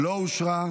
לא אושרה,